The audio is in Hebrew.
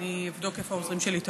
אני אבדוק איפה העוזרים שלי טעו.